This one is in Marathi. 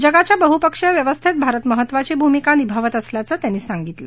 जगाच्या बहुपक्षीय व्यस्थेमध्ये भारत महत्वाची भूमिका निभावत असल्याचं त्यांनी सांगितलं